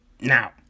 Now